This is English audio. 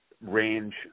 range